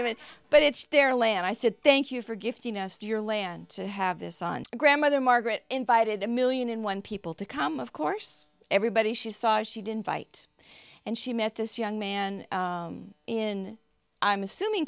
have it but it's their land i said thank you for gifting us your land to have this on grandmother margaret invited a million and one people to come of course everybody she saw she didn't fight and she met this young man in i'm assuming